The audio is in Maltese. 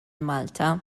malta